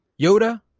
Yoda